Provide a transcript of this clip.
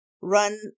run